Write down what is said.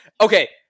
Okay